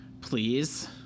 please